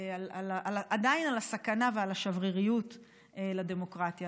עדיין על הסכנה ועל השבריריות של הדמוקרטיה.